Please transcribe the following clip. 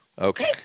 Okay